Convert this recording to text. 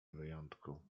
wyjątku